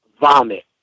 vomit